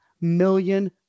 million